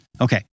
Okay